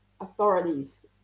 authorities